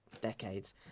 decades